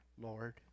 Lord